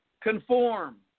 Conform